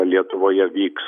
lietuvoje vyks